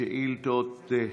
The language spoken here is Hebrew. שאילתות.